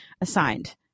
assigned